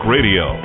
Radio